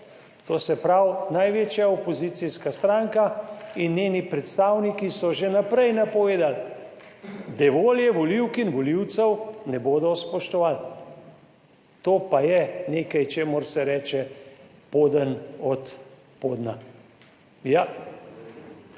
To se pravi, največja opozicijska stranka in njeni predstavniki so že v naprej napovedali, da volje volivk in volivcev ne bodo spoštovali. To pa je nekaj, čemur se reče poden od podna.